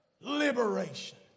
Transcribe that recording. liberation